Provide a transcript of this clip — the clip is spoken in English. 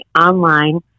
online